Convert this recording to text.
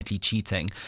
cheating